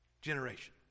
generation